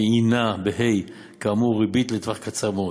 והנה כאמור ריבית לטווח קצר מאוד,